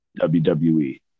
WWE